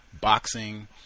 boxing